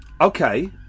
Okay